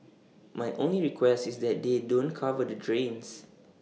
my only request is that they don't cover the drains